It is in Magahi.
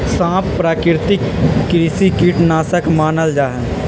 सांप प्राकृतिक कृषि कीट नाशक मानल जा हई